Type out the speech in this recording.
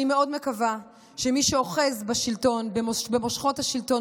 אני מאוד מקווה שמי שאוחז במושכות השלטון